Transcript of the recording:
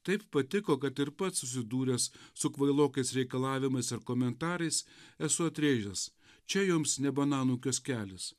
taip patiko kad ir pats susidūręs su kvailokais reikalavimais ir komentarais esu atrėžęs čia jums ne bananų kioskelis